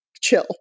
chill